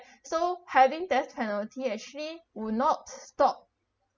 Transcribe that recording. so having death penalty actually will not stop